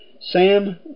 Sam